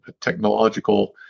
technological